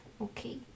okay